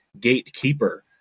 gatekeeper